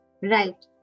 Right